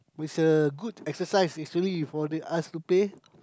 with a good exercise is only before they ask to pay